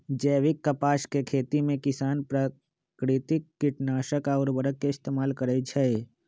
जैविक कपास के खेती में किसान प्राकिरतिक किटनाशक आ उरवरक के इस्तेमाल करई छई